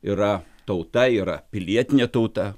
yra tauta yra pilietinė tauta